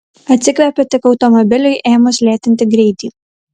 atsikvepiu tik automobiliui ėmus lėtinti greitį